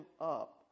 up